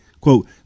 Quote